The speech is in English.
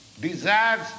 desires